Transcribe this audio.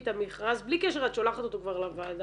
את המכרז בלי קשר את שולחת אותו כבר לוועדה,